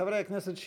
חברי הכנסת,